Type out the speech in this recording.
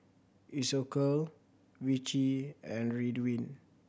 Isocal Vichy and Ridwind